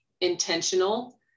intentional